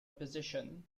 position